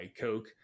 Coke